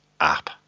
app